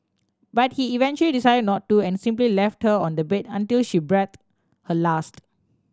but he eventually decided not to and simply left her on the bed until she breathed her last